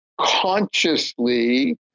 consciously